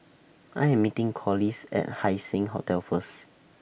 I Am meeting Corliss At Haising Hotel First